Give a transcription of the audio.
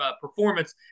performance